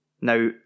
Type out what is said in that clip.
Now